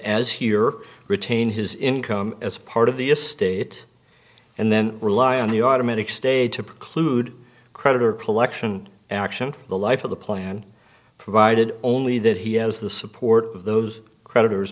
as he or retain his income as part of the estate and then rely on the automatic state to preclude creditor collection action for the life of the plan provided only that he has the support of those creditors